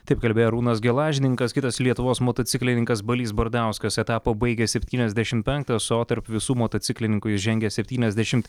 taip kalbėjo arūnas gelažninkas kitas lietuvos motociklininkas balys bardauskas etapą baigęs septyniasdešim penktas o tarp visų motociklininkų jis žengia septyniasdešimt